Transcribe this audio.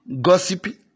gossiping